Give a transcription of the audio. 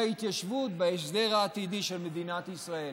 ההתיישבות בהסדר העתידי של מדינת ישראל.